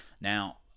Now